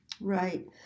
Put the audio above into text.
Right